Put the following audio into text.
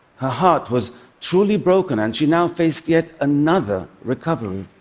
her heart was truly broken, and she now faced yet another recovery.